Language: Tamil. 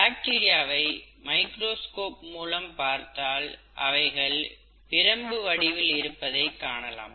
பாக்டீரியாவை மைக்ரோஸ்கோப் மூலம் பார்த்தால் அவைகள் பிரம்பு வடிவில் இருப்பதைக் காணலாம்